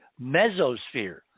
mesosphere